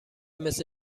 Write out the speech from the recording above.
مثل